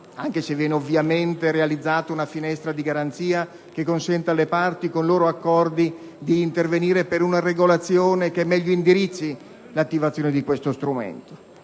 anche se viene ovviamente realizzata una finestra di garanzia che consenta alle parti, con loro accordi, di intervenire per una regolazione che meglio indirizzi l'attivazione di tale strumento.